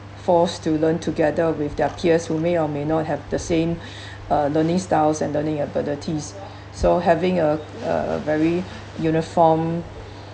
forced to learn together with their peers who may or may not have the same uh learning styles and learning abilities so having a a very uniform